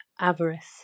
avarice